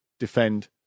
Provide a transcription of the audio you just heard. defend